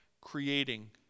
creating